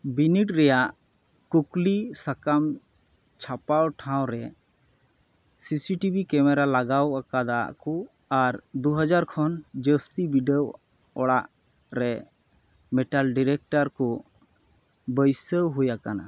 ᱵᱤᱱᱤᱰ ᱨᱮᱭᱟᱜ ᱠᱩᱠᱞᱤ ᱥᱟᱠᱟᱢ ᱪᱷᱟᱯᱟ ᱴᱷᱟᱶᱨᱮ ᱥᱤᱥᱤᱴᱤᱵᱷᱤ ᱠᱮᱢᱮᱨᱟ ᱞᱟᱜᱟᱣ ᱟᱠᱟᱫᱟ ᱠᱚ ᱟᱨ ᱫᱩ ᱦᱟᱡᱟᱨ ᱠᱷᱚᱱ ᱡᱟᱹᱥᱛᱤ ᱵᱤᱰᱟᱹᱣ ᱚᱲᱟᱜ ᱨᱮ ᱢᱮᱴᱟᱞ ᱰᱤᱨᱮᱠᱴᱟᱨ ᱠᱚ ᱵᱟᱹᱭᱥᱟᱹᱣ ᱦᱩᱭᱟᱠᱟᱱᱟ